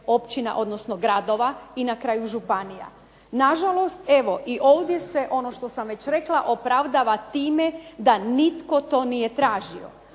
odnosno gradova i na kraju županija. Nažalost, evo i ovdje se ono što sam već rekla opravdava time da nitko to nije tražio